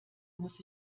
muss